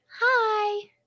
hi